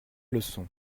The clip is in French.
leçon